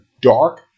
dark